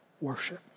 worship